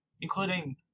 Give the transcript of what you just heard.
including